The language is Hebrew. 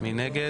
מי נגד?